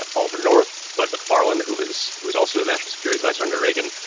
ah oliver north. but mcfarlane, who is who is also a national security visor under reagan.